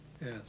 Yes